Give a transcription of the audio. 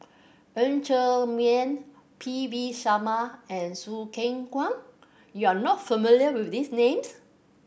Ng Ser Miang P V Sharma and Choo Keng Kwang you are not familiar with these names